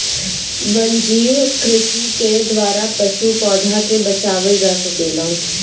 वन्यजीव कृषि के द्वारा पशु, पौधा के बचावल जा सकेला